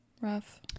rough